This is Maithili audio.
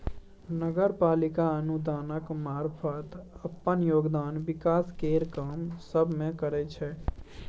नगर पालिका अनुदानक मारफत अप्पन योगदान विकास केर काम सब मे करइ छै